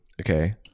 okay